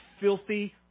filthy